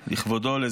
לכבודו,